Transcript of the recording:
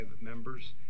members